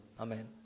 Amen